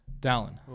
Dallin